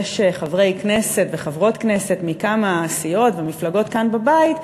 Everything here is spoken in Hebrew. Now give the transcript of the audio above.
יש חברי כנסת וחברות כנסת מטעם הסיעות ומפלגות כאן בבית,